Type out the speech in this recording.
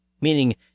meaning